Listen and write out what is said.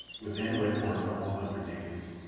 within which were a couple of hundred natives.